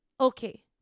okay